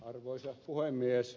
arvoisa puhemies